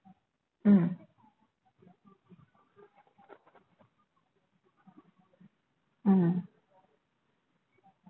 mm mm